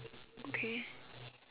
okay